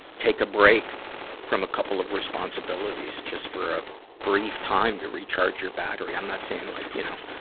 take a break from a couple of responsibilities just for a brief time to recharge your battery. i'm not saying like, you know,